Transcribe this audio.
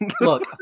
Look